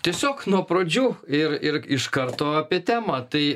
tiesiog nuo pradžių ir ir iš karto apie temą tai